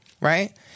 Right